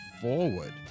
forward